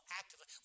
actively